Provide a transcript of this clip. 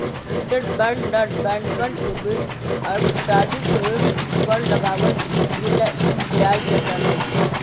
interbank दर बैंकवन के बीच अल्पकालिक ऋण पर लगावल गेलय ब्याज के दर हई